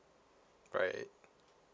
right